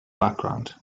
background